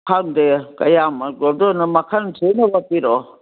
ꯈꯪꯗꯦ ꯀꯌꯥꯝ ꯑꯣꯏꯗꯣꯏꯅꯣ ꯃꯈꯜ ꯁꯨꯅꯕ ꯄꯤꯔꯛꯑꯣ